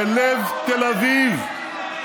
בלב תל אביב.